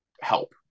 help